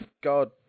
God